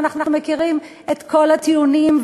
ואנחנו מכירים את כל הטיעונים,